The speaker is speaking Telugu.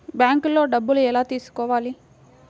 బ్యాంక్లో డబ్బులు ఎలా తీసుకోవాలి?